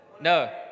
No